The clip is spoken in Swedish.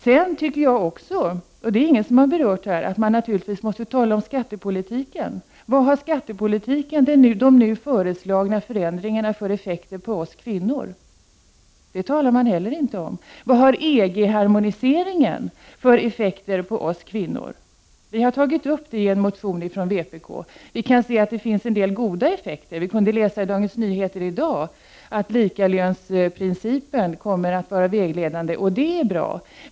Sedan tycker jag — ingen har berört frågan här — att man naturligtvis måste tala om skattepolitik. Vad har skattepolitiken med de nu föreslagna förändringarna för effekter på oss kvinnor? Det talar man heller inte om. Vad har EG-harmoniseringen för effekter på oss kvinnor? Vi från vpk har tagit upp det i en motion. Vi kan se att det finns en hel del goda effekter. Vi kunde läsa i Dagens Nyheter i dag att likalöneprincipen kommer att vara vägledande, och det är bra.